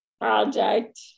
project